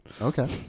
Okay